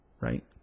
right